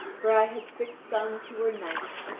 for i had six sons who were knights,